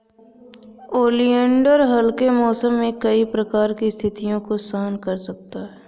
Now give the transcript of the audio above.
oleander हल्के मौसम में कई प्रकार की स्थितियों को सहन कर सकता है